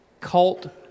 cult